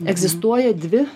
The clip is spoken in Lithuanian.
egzistuoja dvi